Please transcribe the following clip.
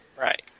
Right